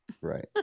Right